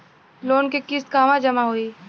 Loan के किस्त कहवा जामा होयी?